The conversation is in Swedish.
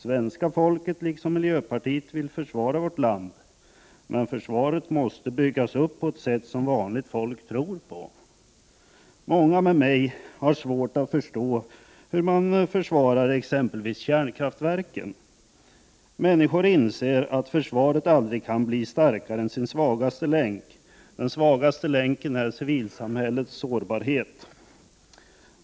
Svenska folket liksom miljöpartiet vill försvara vårt land, men försvaret måste byggas upp på ett sätt som vanligt folk tror på. Många med mig har svårt att förstå hur man försvarar exempelvis kärnkraftverken. Människor inser att försvaret aldrig kan bli starkare än sin svagaste länk. Den svagaste länken är civilsamhällets sårbarhet.